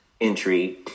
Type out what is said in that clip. entry